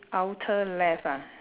outer left ah